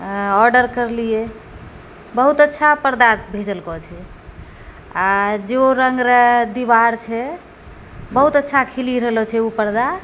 order करलिए बहुत अच्छा परदा भेजलकऽ छै आओर जे रङ्ग रऽ दीवार छै बहुत अच्छा खिलि रहलऽ छै ओ परदा